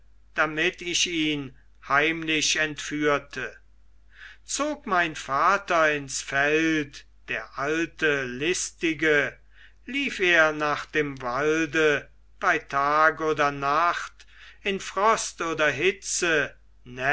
damit ich ihn heimlich entführte zog mein vater ins feld der alte listige lief er nach dem walde bei tag oder nacht in frost oder hitze